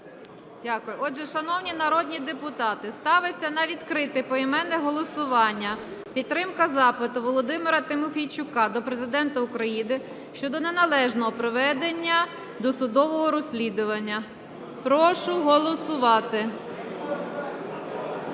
Отже, шановні народні депутати, ставиться на відкрите поіменне голосування підтримка запиту Володимира Тимофійчука до Президента України щодо неналежного проведення досудового розслідування. Прошу голосувати.